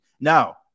Now